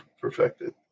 perfected